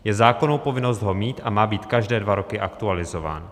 Je zákonná povinnost ho mít a má být každé dva roky aktualizován.